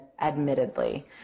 admittedly